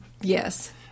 Yes